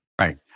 Right